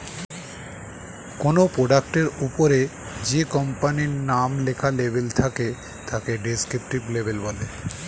কোনো প্রোডাক্টের ওপরে যে কোম্পানির নাম লেখা লেবেল থাকে তাকে ডেসক্রিপটিভ লেবেল বলে